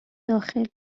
داخل